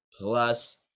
plus